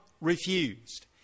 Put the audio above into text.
refused